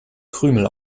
krümel